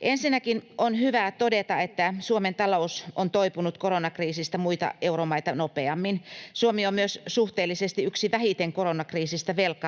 Ensinnäkin on hyvä todeta, että Suomen talous on toipunut koronakriisistä muita euromaita nopeammin. Suomi on myös suhteellisesti yksi vähiten koronakriisistä velkaantuneista